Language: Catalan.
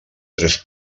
tres